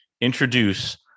introduce